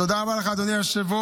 תודה רבה לך, אדוני היושב-ראש.